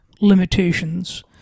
limitations